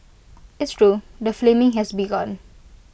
it's true the flaming has begun